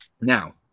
Now